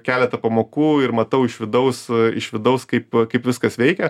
keletą pamokų ir matau iš vidaus iš vidaus kaip kaip viskas veikia